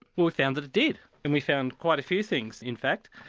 we found that it did and we found quite a few things in fact.